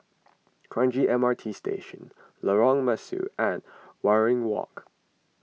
Kranji M R T Station Lorong Mesu and Waringin Walk